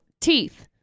teeth